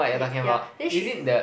yeah ya then she